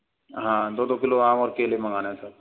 हाँ दो दो किलो आम और केले मंगाने है सर